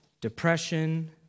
depression